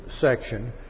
section